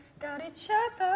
got each